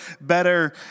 better